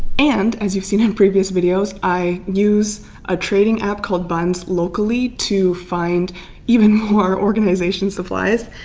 and as you've seen in previous videos, i use a trading app called buns locally to find even more organization supplies.